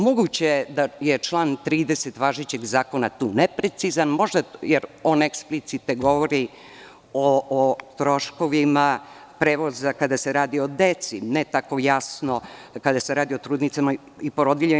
Moguće je da je član 30. važećeg zakona tu neprecizan, jer on eksplicite govori o troškovima prevoza kada se radi o deci, ne tako jasno kada se radi o trudnicama i porodiljama.